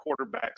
quarterbacks